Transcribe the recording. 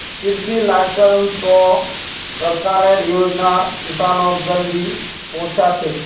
कृषि लाइसेंस स सरकारेर योजना किसानक जल्दी पहुंचछेक